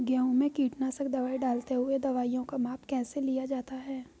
गेहूँ में कीटनाशक दवाई डालते हुऐ दवाईयों का माप कैसे लिया जाता है?